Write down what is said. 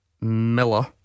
Miller